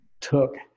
took